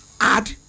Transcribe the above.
add